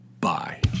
Bye